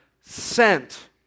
sent